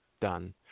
done